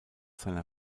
seiner